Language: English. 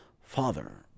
father